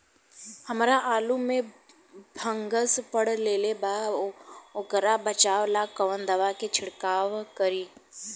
हमरा आलू में फंगस पकड़ लेले बा वोकरा बचाव ला कवन दावा के छिरकाव करी?